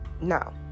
No